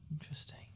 Interesting